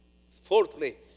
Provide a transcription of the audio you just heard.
Fourthly